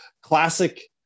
classic